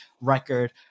record